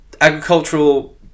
agricultural